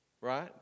right